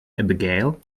abigail